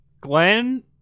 Glenn